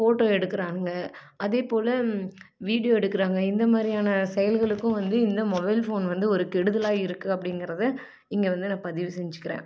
photo எடுக்கிறானுங்க அதேப்போல் video எடுக்கிறாங்க இந்த மாதிரியான செயலுகளுக்கும் வந்து இந்த மொபைல் ஃபோன் வந்து ஒரு கெடுதலாக இருக்குது அப்படிங்கிறத இங்கே வந்து நான் பதிவு செஞ்சுக்கிறேன்